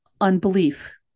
unbelief